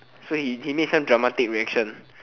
so he he make some dramatic reaction